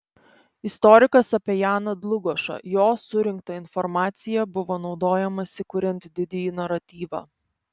istorikas apie janą dlugošą jo surinkta informacija buvo naudojamasi kuriant didįjį naratyvą